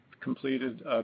completed